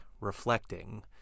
reflecting